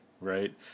right